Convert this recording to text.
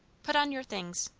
put on your things.